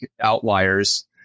outliers